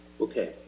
Okay